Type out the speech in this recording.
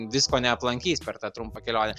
visko neaplankys per tą trumpą kelionę